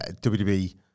WWE